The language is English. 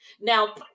Now